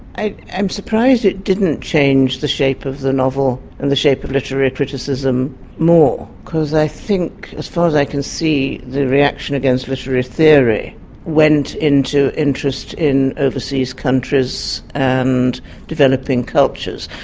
i'm surprised it didn't change the shape of the novel and the shape of literary criticism more, because i think as far as i can see the reaction against literary theory went into interest in overseas countries and developing cultures.